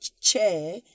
chair